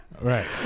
Right